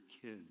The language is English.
kids